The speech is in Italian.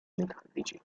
metallici